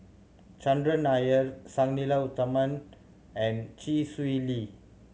Chandran Nair Sang Nila Utama and Chee Swee Lee